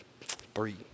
three